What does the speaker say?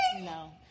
No